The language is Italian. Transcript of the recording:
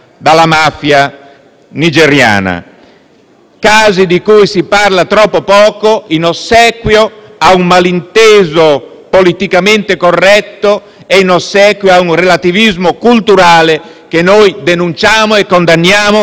Casi di cui si parla troppo poco, in ossequio a un malinteso politicamente corretto e in ossequio a un relativismo culturale che noi denunciamo e condanniamo nel modo più assoluto.